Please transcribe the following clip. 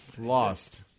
Lost